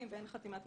אתם תרדו מהם,